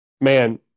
man